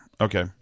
Okay